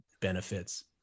benefits